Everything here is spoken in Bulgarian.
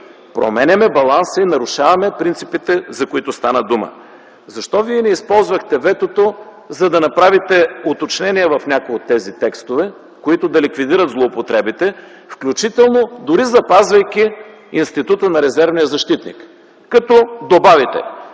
променяме баланса и нарушаваме принципите, за които стана дума. Защо вие не използвахте ветото, за да направите уточнения в някои от тези текстове, които да ликвидират злоупотребите, включително дори, запазвайки института на резервния защитник като добавите: